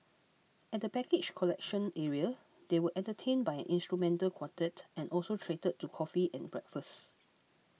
at the baggage collection area they were entertained by an instrumental quartet and also treated to coffee and breakfast